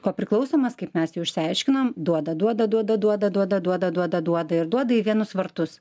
kopriklausomas kaip mesjau išsiaiškinom duoda duoda duoda duoda duoda duoda duoda duoda ir duoda į vienus vartus